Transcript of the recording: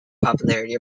popularity